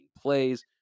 plays